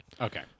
Okay